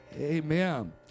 Amen